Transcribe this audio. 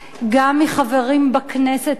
גם מחברים בכנסת הזאת.